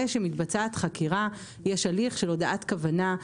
מתבצעת חקירה יש הליך של הודעת כוונה,